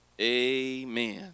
Amen